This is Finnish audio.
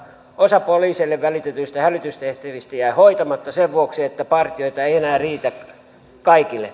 osa poliiseille välitetyistä hälytystehtävistä jää hoitamatta sen vuoksi että partioita ei enää riitä kaikille